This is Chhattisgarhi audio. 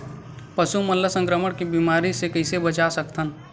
पशु मन ला संक्रमण के बीमारी से कइसे बचा सकथन?